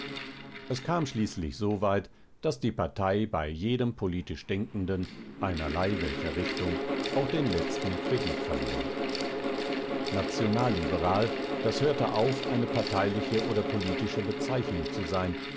es kam schließlich soweit daß die partei bei jedem politisch denkenden einerlei welcher richtung auch den letzten kredit verlor nationalliberal das hörte auf eine parteiliche oder politische bezeichnung zu sein